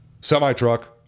Semi-truck